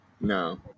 no